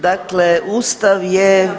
Dakle, Ustav je